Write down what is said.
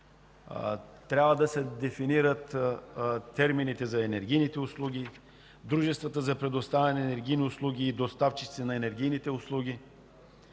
Трябва да се дефинират термините за енергийните услуги, дружествата за предоставяне на енергийни услуги и доставчици на енергийните услуги,